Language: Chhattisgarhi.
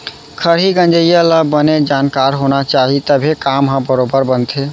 खरही गंजइया ल बने जानकार होना चाही तभे काम ह बरोबर बनथे